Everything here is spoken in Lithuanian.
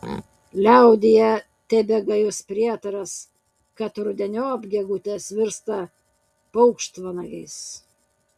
liaudyje tebegajus prietaras kad rudeniop gegutės virsta paukštvanagiais